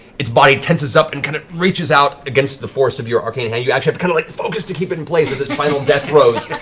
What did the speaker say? its body tenses up and kind of reaches out against the force of your arcane hand. you actually have kind of like to focus to keep it in place in its final death throes.